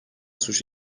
suçu